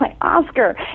Oscar